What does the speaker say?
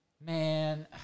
Man